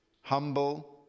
humble